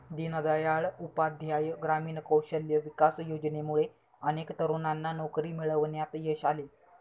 दीनदयाळ उपाध्याय ग्रामीण कौशल्य विकास योजनेमुळे अनेक तरुणांना नोकरी मिळवण्यात यश आले